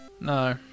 No